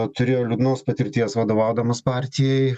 turėjo liūdnos patirties vadovaudamas partijai